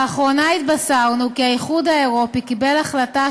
לאחרונה התבשרנו כי האיחוד האירופי קיבל החלטה